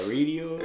Radio